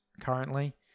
currently